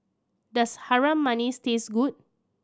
does Harum Manis taste good